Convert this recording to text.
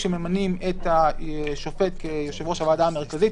כשממנים את השופט כיושב-ראש הוועדה המרכזית,